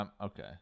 Okay